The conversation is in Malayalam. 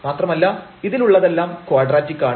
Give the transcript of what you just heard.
മാത്രമല്ല ഇതിൽ ഉള്ളതെല്ലാം ക്വാഡ്രാറ്റിക് ആണ്